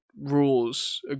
rules